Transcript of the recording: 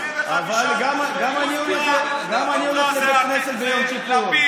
גם אני הולך לבית כנסת ביום כיפור.